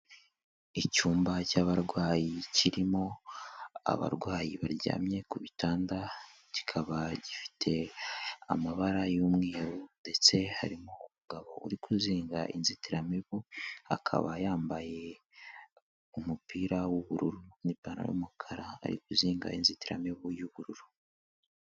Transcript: Icyumba cy'abarwayi kirimo abarwayi baryamye ku bitanda, kikaba gifite amabara y'umweru ndetse harimo umugabo uri kuzinga inzitiramibu, akaba yambaye umupira w'ubururu n'ipantaro y'umukara, ari kuzinga inzitiramibu y'ubururu.